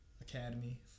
academy